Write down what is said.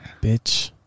Bitch